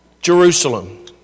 Jerusalem